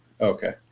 Okay